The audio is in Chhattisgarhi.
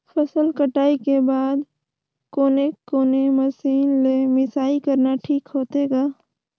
फसल कटाई के बाद कोने कोने मशीन ले मिसाई करना ठीक होथे ग?